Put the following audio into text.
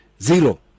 zero